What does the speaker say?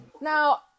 Now